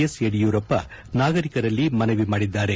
S Yediyurappa ನಾಗರಿಕರಲ್ಲಿ ಮನವಿ ಮಾಡಿದ್ದಾರೆ